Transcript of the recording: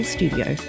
Studio